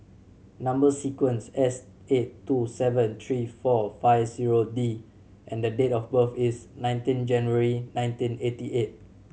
number sequence S eight two seven three four five zero D and date of birth is nineteen January nineteen eighty eight